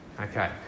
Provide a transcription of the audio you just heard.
Okay